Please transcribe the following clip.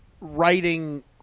writing